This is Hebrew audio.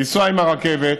לנסוע עם הרכבת,